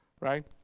right